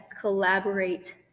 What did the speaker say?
collaborate